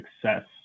success